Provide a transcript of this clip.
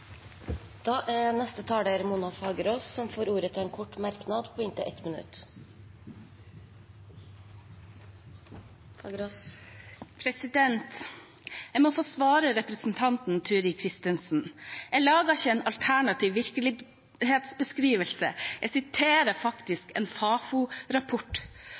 Mona Fagerås har hatt ordet to ganger tidligere, og får ordet til en kort merknad på inntil 1 minutt. Jeg må få svare representanten Turid Kristensen. Jeg lager ikke en alternativ virkelighetsbeskrivelse, jeg siterer